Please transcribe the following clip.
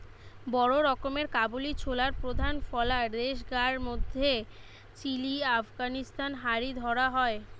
বড় রকমের কাবুলি ছোলার প্রধান ফলা দেশগার মধ্যে চিলি, আফগানিস্তান হারি ধরা হয়